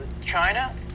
China